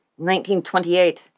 1928